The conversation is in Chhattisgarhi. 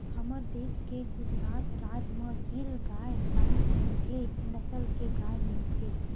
हमर देस के गुजरात राज म गीर गाय नांव के नसल के गाय मिलथे